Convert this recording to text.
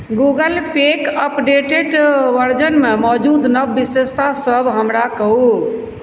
Google पेके updated वर्जनमे मौजूद नव विशेषतासभ हमरा कहू